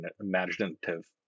imaginative